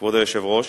כבוד היושב-ראש,